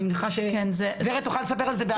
אני מניחה שורד תוכל לספר על זה בעצמה.